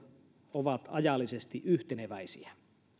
ovat ajallisesti yhteneväisiä